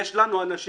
הגיל הממוצע